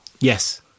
Yes